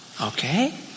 Okay